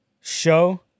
show